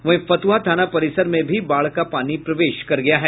वहीं फतुहा थाना परिसर में भी बाढ़ का पानी प्रवेश कर गया है